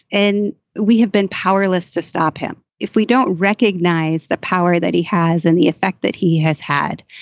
and we have been powerless to stop him. if we don't recognize the power that he has and the effect that he has had,